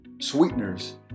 sweeteners